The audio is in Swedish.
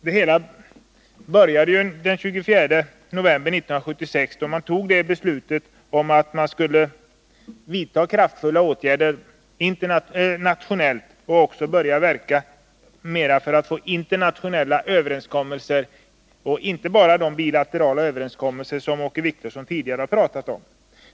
Det hela började den 24 november 1976, då man fattades beslutet om att kraftfulla åtgärder skulle vidtas nationellt och att man också mera skulle börja verka för att få till stånd internationella överenskommelser, inte bara sådana bilaterala överenskommelser som Åke Wictorsson tidigare talade om.